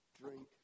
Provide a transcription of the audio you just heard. Drink